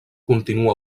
continua